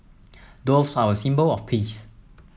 doves are a symbol of peace